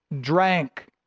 drank